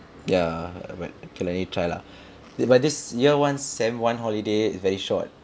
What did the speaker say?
ya but okay lah you need to try lah but this year one sem one holiday very short